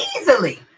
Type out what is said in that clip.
easily